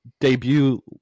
debut